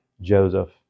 Joseph